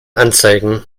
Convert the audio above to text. anzeigen